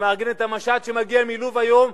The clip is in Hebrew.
שמארגן את המשט שמגיע מלוב היום,